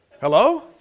Hello